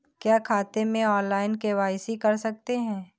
क्या खाते में ऑनलाइन के.वाई.सी कर सकते हैं?